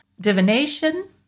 divination